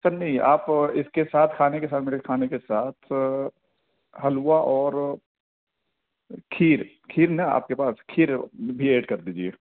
سر نہیں آپ اس کے ساتھ کھانے کے ساتھ میرے کھانے کے ساتھ حلوہ اور کھیر کھیر نا آپ کے پاس کھیر بھی ایڈ کر دیجیے